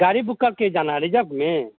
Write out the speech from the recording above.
गाड़ी बुक करके जाना है रिजर्ब में